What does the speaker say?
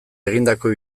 egindako